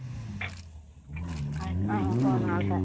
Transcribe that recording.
ആക്ക് ആ പോകണം അവിടെ